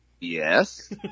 Yes